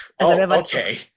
okay